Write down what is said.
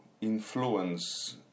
influence